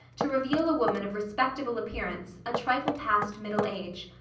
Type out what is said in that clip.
to reveal a woman of respectable appearance, a trifle past middle age.